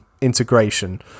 integration